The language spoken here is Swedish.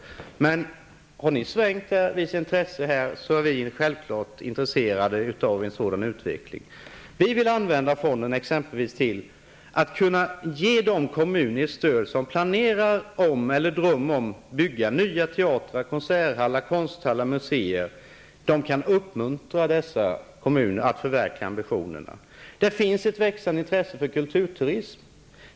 Om ni har ändrat uppfattning, är vi självfallet intresserade av en sådan utveckling. Vi socialdemokrater vill att fonden skall kunna användas till att ge stöd till kommuner som planerar eller drömmer om att bygga nya teatrar, konserthallar, konsthallar och muséer. Stödet kan uppmuntra dessa kommuner att förverkliga sina ambitioner. Det finns ett växande intresse för kulturturism.